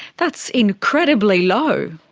that's incredibly low.